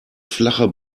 flache